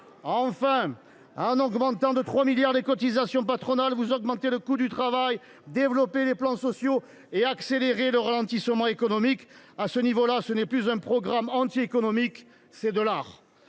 Enfin, en augmentant de 3 milliards d’euros les cotisations patronales, vous augmentez le coût du travail, développez les plans sociaux et accélérez le ralentissement économique. À ce niveau là, ce n’est plus un programme antiéconomique, c’est de l’art